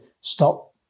stop